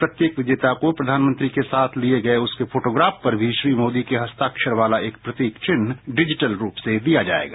प्रत्येक विजेता को प्रधानमंत्री के साथ लिए गए उसके फोटोग्राफ पर भी श्री मोदी के हस्ताक्षर वाला एक प्रतीक चिन्ह डिजिटल रूप से दिया जाएगा